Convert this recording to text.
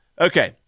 Okay